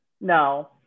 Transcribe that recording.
No